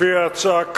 לפי ההצעה כרגע,